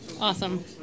Awesome